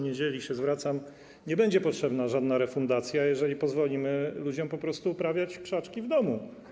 Niedzieli się zwracam - nie będzie potrzebna żadna refundacja, jeżeli pozwolimy ludziom po prostu uprawiać krzaczki w domu.